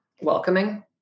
welcoming